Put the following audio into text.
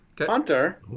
Hunter